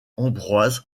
ambroise